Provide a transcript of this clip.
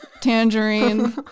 tangerine